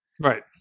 right